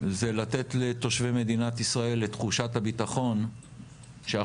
זה לתת לתושבי מדינת ישראל את תחושת הביטחון שאכן